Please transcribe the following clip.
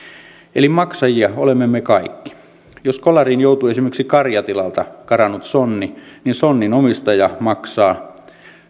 eli maksajia olemme me kaikki jos kolariin joutuu esimerkiksi karjatilalta karannut sonni sonnin omistaja maksaa